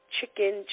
Chicken